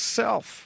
self